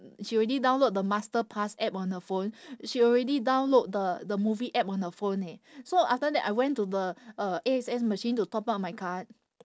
she already download the Masterpass app on her phone she already download the the movie app on her phone eh so after that I went to the uh A_X_S machine to top up my card